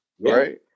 Right